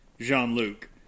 Jean-Luc